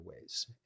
ways